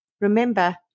Remember